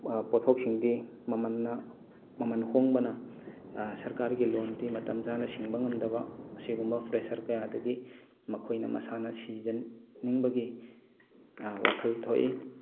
ꯄꯣꯊꯣꯛꯁꯤꯡꯗꯤ ꯃꯃꯜꯅ ꯃꯃꯜ ꯍꯣꯡꯕꯅ ꯁꯔꯀꯥꯔꯒꯤ ꯂꯣꯟꯗꯤ ꯃꯇꯝ ꯆꯥꯅ ꯁꯤꯡꯕ ꯉꯝꯗꯕ ꯑꯁꯤꯒꯨꯝꯕ ꯄ꯭ꯔꯦꯁꯔ ꯀꯌꯥꯗꯒꯤ ꯃꯈꯣꯏꯅ ꯃꯁꯥꯅ ꯁꯤꯖꯅꯤꯡꯕꯒꯤ ꯋꯥꯈꯜ ꯊꯣꯛꯏ